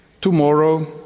tomorrow